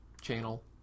channel